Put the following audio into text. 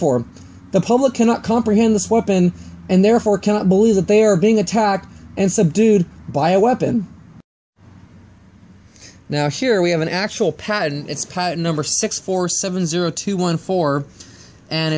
for the public cannot comprehend this weapon and therefore cannot believe that they are being attacked and subdued by a weapon now here we have an actual patent it's patent number six four seven zero two one four and